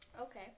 Okay